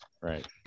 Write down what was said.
Right